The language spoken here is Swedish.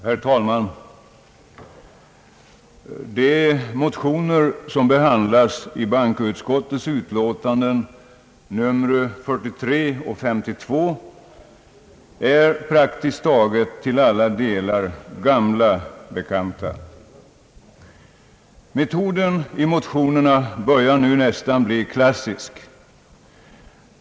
Herr talman! De motioner som behandlas i bankoutskottets utlåtanden nr 43 och 52 är praktiskt taget till alla delar gamla bekanta. Metoden i motionerna börjar nu nästan bli klassisk.